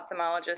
ophthalmologist